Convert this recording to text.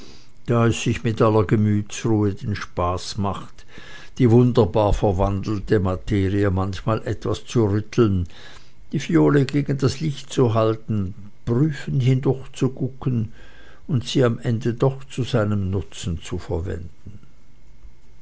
da es sich mit aller gemütsruhe den spaß macht die wunderbar verwandelte materie manchmal etwas zu rütteln die phiole gegen das licht zu halten prüfend hindurchzugucken und sie am ende doch zu seinem nutzen zu verwenden